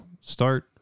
start